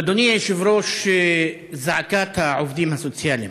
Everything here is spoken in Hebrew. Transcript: אדוני היושב-ראש, זעקת העובדים הסוציאליים,